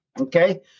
Okay